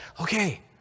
Okay